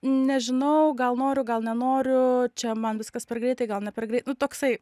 nežinau gal noriu gal nenoriu čia man viskas per greitai gal ne per greit toksai